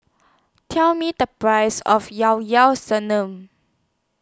Tell Me The Price of Llao Llao Sanum